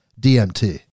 DMT